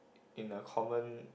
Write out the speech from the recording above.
in a common